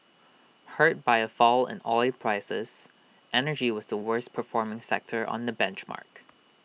hurt by A fall in oil prices energy was the worst performing sector on the benchmark